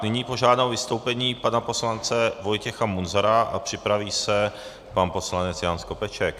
Nyní požádám o vystoupení pana poslance Vojtěch Munzara a připraví se pan poslanec Jan Skopeček.